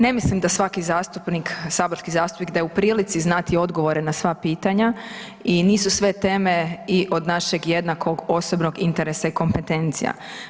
Ne mislim da svaki saborski zastupnik da je u prilici znati odgovore na sva pitanja i nisu sve teme i od našeg jednakog osobnog interesa i kompetencija.